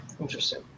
Interesting